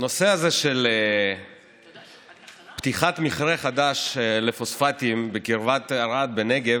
הנושא הזה של פתיחת מכרה חדש לפוספטים בקרבת ערד בנגב,